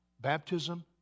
baptism